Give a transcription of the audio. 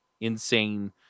insane